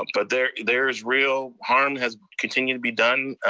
ah but there there is real harm, has continued to be done.